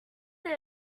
find